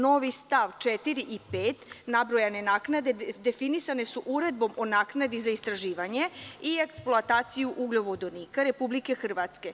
Novi st. 4. i 5. nabrojane naknade definisane su uredbom o naknadi za istraživanje i eksploataciju ugljovodonika Republike Hrvatske.